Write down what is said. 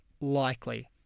likely